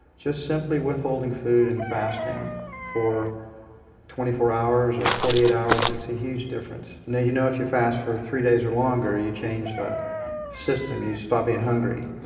just simply withholding food and fasting for twenty four hours or forty eight hours makes a huge difference. now you know if you fast for three days or longer you change the system, you stop being hungry.